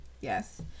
Yes